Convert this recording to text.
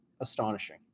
astonishing